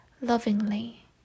lovingly